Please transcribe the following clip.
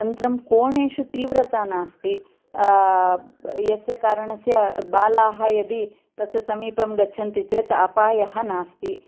अनन्तरं कोणेशु तीव्रता नास्ति यस्य कारणस्य बालाः यदि तस्य समीपं गच्छन्ति चेत् अपायाः नास्ति